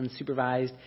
unsupervised